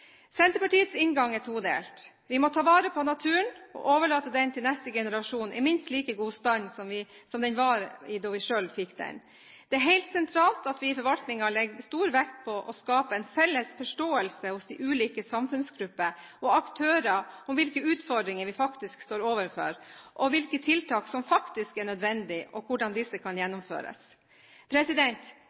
Senterpartiets inngang er todelt: Vi må ta vare på naturen og overlate den til neste generasjon i minst like god stand som den var i da vi selv fikk den. Det er helt sentralt at vi i forvaltningen legger stor vekt på å skape en felles forståelse hos de ulike samfunnsgrupper og aktører om hvilke utfordringer vi faktisk står overfor, hvilke tiltak som faktisk er nødvendige, og hvordan disse kan gjennomføres.